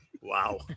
wow